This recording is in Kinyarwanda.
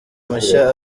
mashya